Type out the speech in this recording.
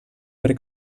per